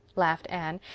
laughed anne.